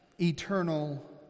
eternal